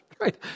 right